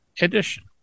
edition